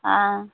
हाँ